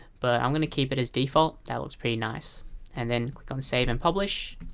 but i'm gonna keep it as default. that looks pretty nice and then click on save and publish.